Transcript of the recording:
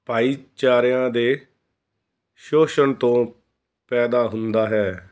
ਭਾਈਚਾਰਿਆਂ ਦੇ ਸ਼ੋਸ਼ਣ ਤੋਂ ਪੈਦਾ ਹੁੰਦਾ ਹੈ